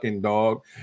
dog